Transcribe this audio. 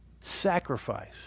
sacrifice